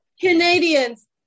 canadians